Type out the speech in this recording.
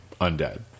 undead